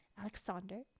alexander